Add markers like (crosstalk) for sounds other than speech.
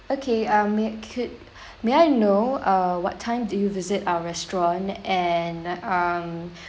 okay um may could (breath) may I know uh what time do you visit our restaurant and um (breath)